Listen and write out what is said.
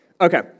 Okay